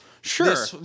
Sure